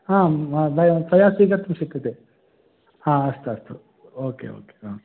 हां त्वया स्वीकर्तुं शक्यते हा अस्तु अस्तु ओके ओके ह